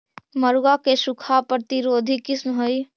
मड़ुआ के सूखा प्रतिरोधी किस्म हई?